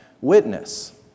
witness